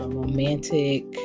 romantic